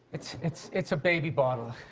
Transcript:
it's it's it's a baby bottle.